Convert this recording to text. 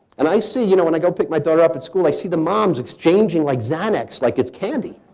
and i see, you know, when i go pick my daughter up at school, i see the mom's exchanging, like xanax, like it's candy.